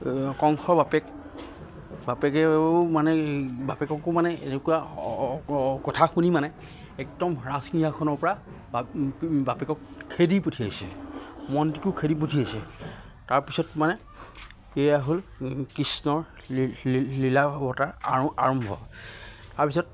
কংশৰ বাপেক বাপেকেও মানে বাপেককো মানে এনেকুৱা কথা শুনি মানে একদম ৰাজসিংহাসনৰ পৰা বাপেকক খেদি পঠিয়াইছে মন্ত্ৰীকো খেদি পঠিয়াইছে তাৰপিছত মানে এয়া হ'ল কৃষ্ণৰ লীলা অৱতাৰ আৰম্ভ তাৰপিছত